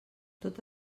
tot